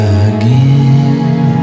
again